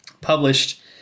published